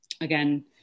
again